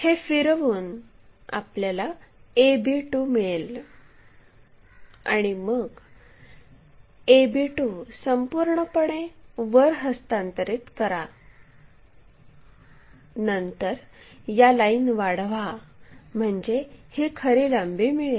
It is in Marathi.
हे फिरवून आपल्याला a b2 मिळेल आणि मग a b2 संपूर्णपणे वर हस्तांतरित करा नंतर या लाईन वाढवा म्हणजे ही खरी लांबी मिळेल